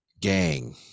Gang